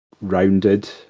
rounded